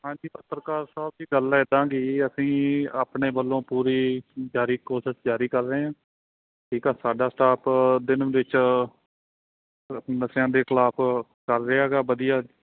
ਹਾਂਜੀ ਪੱਤਰਕਾਰ ਸਾਹਿਬ ਜੀ ਗੱਲ ਇੱਦਾਂ ਗੀ ਅਸੀਂ ਆਪਣੇ ਵੱਲੋਂ ਪੂਰੀ ਜਾਰੀ ਕੋਸ਼ਿਸ਼ ਜਾਰੀ ਕਰ ਰਹੇ ਹਾਂ ਠੀਕ ਆ ਸਾਡਾ ਸਟਾਫ ਦਿਨ ਵਿੱਚ ਅ ਨਸ਼ਿਆਂ ਦੇ ਖਿਲਾਫ ਚੱਲ ਰਿਹਾ ਹੈਗਾ ਵਧੀਆ